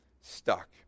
stuck